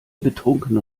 betrunkene